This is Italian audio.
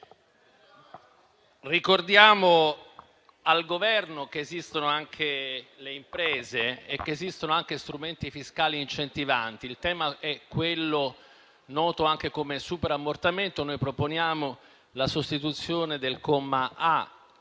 ricordiamo al Governo che esistono anche le imprese e che esistono anche strumenti fiscali incentivanti. Il tema è quello noto anche come superammortamento. Proponiamo la sostituzione del comma a)